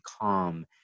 calm